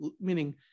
meaning